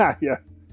yes